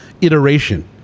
iteration